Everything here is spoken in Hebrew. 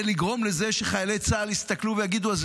ולגרום לזה שחיילי צה"ל יסתכלו ויגידו: אז